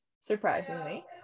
surprisingly